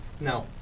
No